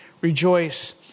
rejoice